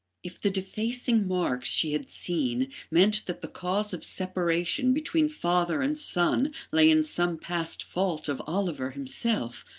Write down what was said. if the defacing marks she had seen meant that the cause of separation between father and son lay in some past fault of oliver himself,